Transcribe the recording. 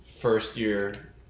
first-year